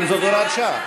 התשובה, אם זאת הוראת שעה.